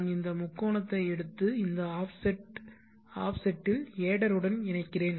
நான் இந்த முக்கோணத்தை எடுத்து இந்த ஆஃப்செட்டில் adder உடன் இணைக்கிறேன்